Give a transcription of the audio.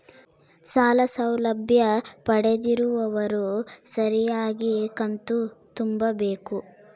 ಸಾಲ ಸೌಲಭ್ಯ ಪಡೆದಿರುವವರು ಸರಿಯಾಗಿ ಕಂತು ತುಂಬಬೇಕು?